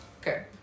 Okay